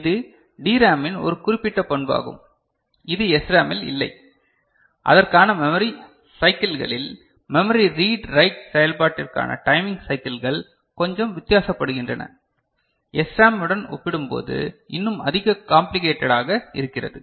இது டிராமின் ஒரு குறிப்பிட்ட பண்பு ஆகும் இது SRAMஇல் இல்லை அதற்கான மெமரி சைக்கிள்களில் மெமரி ரீட் ரைட் செயல்பாட்டிற்கான டைமிங் சைக்கிள்கள் கொஞ்சம் வித்தியாசப்படுகின்றன SRAM உடன் ஒப்பிடும்போது இன்னும் அதிக காம்ப்ளிகேட்டடாக இருக்கிறது